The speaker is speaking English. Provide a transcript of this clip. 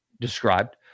described